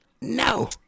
no